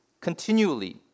continually